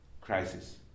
crisis